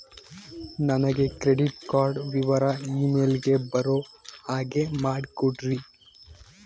ನನಗೆ credit card ವಿವರ email ಗೆ ಬರೋ ಹಾಗೆ ಮಾಡಿಕೊಡ್ರಿ?